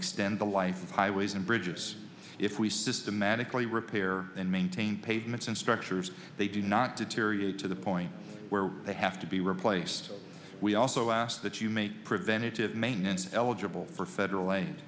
extend the life of highways and bridges if we systematically repair and maintain pavements and structures they do not deter to the point where they have to be replaced we also ask that you make preventive maintenance eligible for federal ai